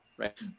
Right